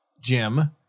Jim